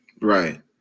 Right